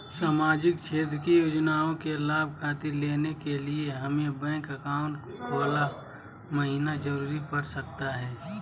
सामाजिक क्षेत्र की योजनाओं के लाभ खातिर लेने के लिए हमें बैंक अकाउंट खोला महिना जरूरी पड़ सकता है?